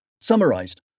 Summarized